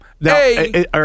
hey